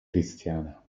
cristiana